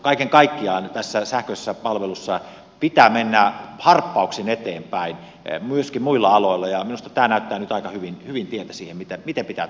kaiken kaikkiaan tässä sähköisessä palvelussa pitää mennä harppauksin eteenpäin myöskin muilla aloilla ja minusta tämä näyttää nyt aika hyvin tietä siihen miten pitää toimia